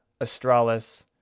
Astralis